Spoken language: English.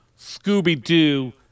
Scooby-Doo